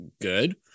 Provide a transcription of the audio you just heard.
good